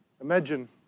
Imagine